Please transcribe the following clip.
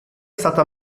stata